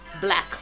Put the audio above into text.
black